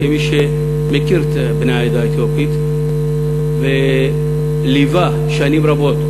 כמי שמכיר את בני העדה האתיופית וליווה שנים רבות,